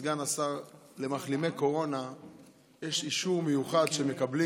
סגן השר: למחלימי קורונה יש אישור מיוחד שהם מקבלים,